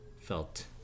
felt